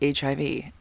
HIV